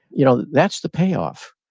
you know that's the pay-off.